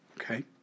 okay